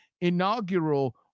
inaugural